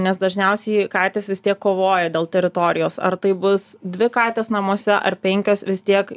nes dažniausiai katės vis tiek kovoja dėl teritorijos ar tai bus dvi katės namuose ar penkios vis tiek